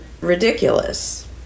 ridiculous